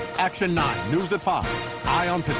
action nine news at five ah um